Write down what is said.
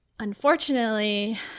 unfortunately